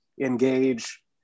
engage